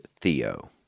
Theo